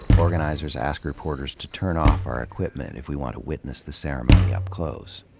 organizers ask reporters to turn off our equipment if we want to witness the ceremony up close.